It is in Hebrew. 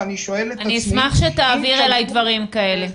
אשמח אם תעביר אלי דברים כאלה.